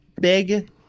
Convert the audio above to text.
Big